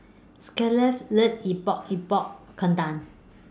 Scarlett loves Epok Epok Kentang